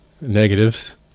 negatives